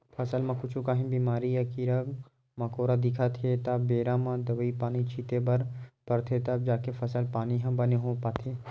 फसल म कुछु काही बेमारी या कीरा मकोरा दिखत हे त बेरा म दवई पानी छिते बर परथे तब जाके फसल पानी ह बने हो पाथे